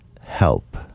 help